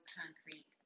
concrete